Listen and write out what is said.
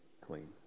clean